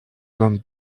comme